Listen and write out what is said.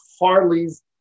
Harley's